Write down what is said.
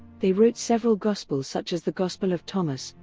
they wrote several gospels such as the gospel of thomas,